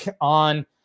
on